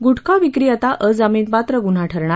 गुटखाविक्री आता अजामीनपात्र गुन्हा ठरणार